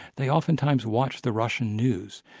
they oftentimes watch the russian news.